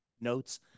notes